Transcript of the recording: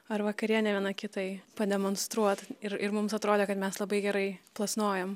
ar vakarienę viena kitai pademonstruot ir ir mums atrodė kad mes labai gerai plasnojom